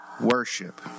Worship